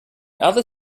other